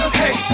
hey